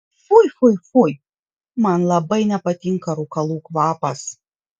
fui fui fui man labai nepatinka rūkalų kvapas